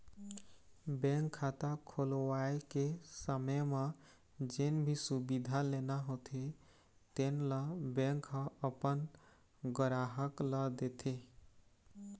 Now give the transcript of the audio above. bank खाता खोलवाए के समे म जेन भी सुबिधा लेना होथे तेन ल बेंक ह अपन गराहक ल देथे